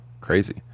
Crazy